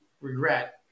regret